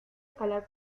escalar